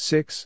Six